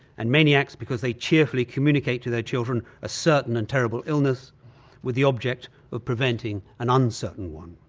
and maniacs because they cheerfully communicate to their children a certain and terrible illness with the object of preventing an uncertain one.